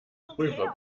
prüfer